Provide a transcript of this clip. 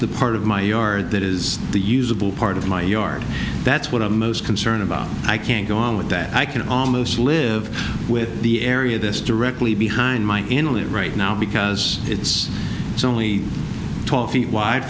the part of my yard that is the usable part of my yard that's what i'm most concerned about i can't go on with that i can almost live with the area this directly behind my in all it right now because it's only twelve feet wide